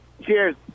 Cheers